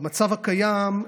במצב הקיים,